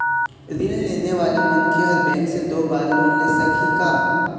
ऋण लेने वाला मनखे हर बैंक से दो बार लोन ले सकही का?